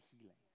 healing